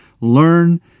learn